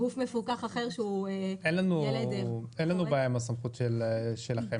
אין לנו בעיה עם הסמכות שלכם.